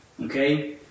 Okay